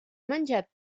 menjat